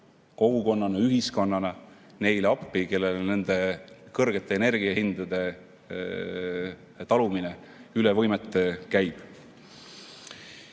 kogukonnana, ühiskonnana appi neile, kellele nende kõrgete energiahindade talumine üle võimete käib.